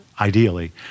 ideally